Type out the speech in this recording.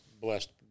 blessed